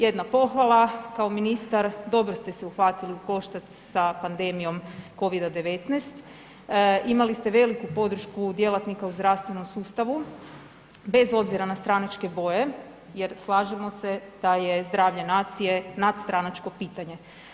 Jedna pohvala, kao ministar dobro ste se uhvatili u koštac sa pandemijom COVID-a 19, imali ste veliku podršku djelatnika u zdravstvenom sustavu bez obzira na stranačke boje jer slažemo se da je zdravlje nacije nadstranačko pitanje.